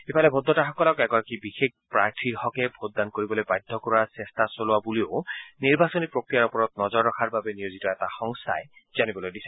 ইফালে ভোটদাতাসকলক এগৰাকী বিশেষ প্ৰাৰ্থীৰ হকে ভোটদান কৰিবলৈ বাধ্য কৰোৱাৰ বাবে চেষ্টা চলোৱা নিৰ্বাচনী প্ৰক্ৰিয়াৰ ওপৰত নজৰ ৰখাৰ বাবে নিয়োজিত এটা সংস্থাই বুলি জানিবলৈ দিছে